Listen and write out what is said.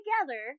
together